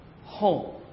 home